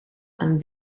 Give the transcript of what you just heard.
aan